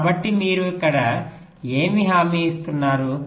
కాబట్టి మీరు ఇక్కడ ఏమి హామీ ఇస్తున్నారు